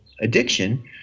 addiction